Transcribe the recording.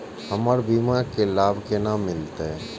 हमर बीमा के लाभ केना मिलते?